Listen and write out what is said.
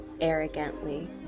arrogantly